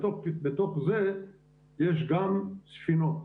בתוך זה יש גם ספינות.